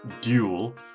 duel